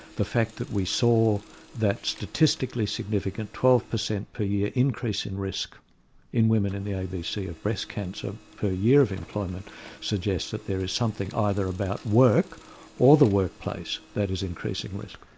the fact that we saw that statistically significant twelve percent per year increase in risk in women in the abc of breast cancer per year of employment suggests that there is something either about work or the workplace that is increasing risk.